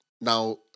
Now